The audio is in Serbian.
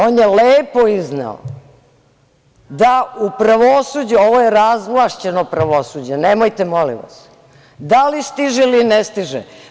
On je lepo izneo da u pravosuđu, ovo je razvlašćeno pravosuđe, nemojte molim vas, da li stiže ili ne stiže.